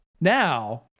Now